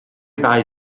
ddau